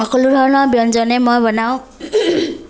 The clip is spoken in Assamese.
সকলো ধৰণৰ ব্যঞ্জনেই মই বনাওঁ